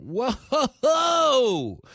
Whoa